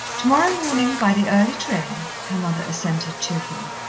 tomorrow morning, by the early train, her mother assented cheerfully.